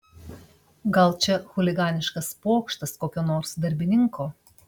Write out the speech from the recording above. gal čia chuliganiškas pokštas kokio nors darbininko